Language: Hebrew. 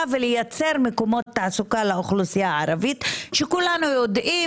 ולייצר מקומות תעסוקה לאוכלוסייה הערבית שכולנו יודעים